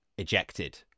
Ejected